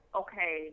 okay